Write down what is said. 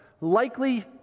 Likely